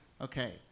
Okay